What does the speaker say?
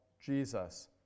Jesus